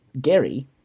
Gary